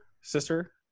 sister